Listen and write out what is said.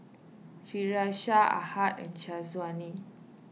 Firash Ahad and Syazwani